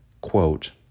quote